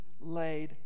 laid